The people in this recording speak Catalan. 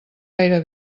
gaire